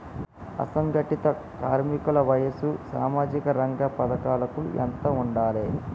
అసంఘటిత కార్మికుల వయసు సామాజిక రంగ పథకాలకు ఎంత ఉండాలే?